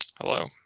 Hello